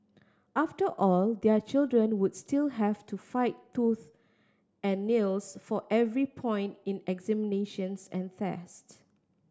after all their children would still have to fight tooth and nails for every point in examinations and tests